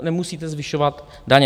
Nemusíte zvyšovat daně.